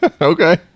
Okay